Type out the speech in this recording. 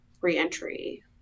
reentry